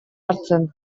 hartzen